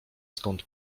skąd